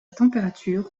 température